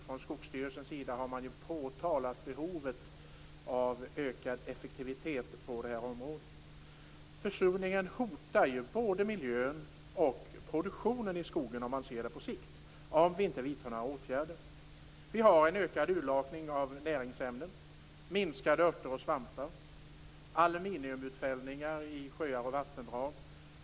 Från Skogsstyrelsen har man ju påtalat behovet av ökad effektivitet på detta område. Försurningen hotar på sikt både miljön och produktionen i skogen, om vi inte vidtar några åtgärder. Det sker en ökad urlakning av näringsämnen. Antalet örter och svampar minskar. Det sker en aluminiumutfällning i sjöar och vattendrag.